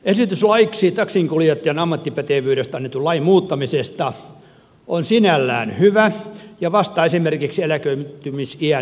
esitys laiksi taksinkuljettajan ammattipätevyydestä annetun lain muuttamisesta on sinällään hyvä ja vastaa esimerkiksi eläköitymisiän korotuspaineisiin